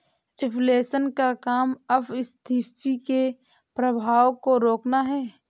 reflation का काम अपस्फीति के प्रभावों को रोकना है